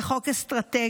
זה חוק אסטרטגי,